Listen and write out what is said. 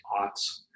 aughts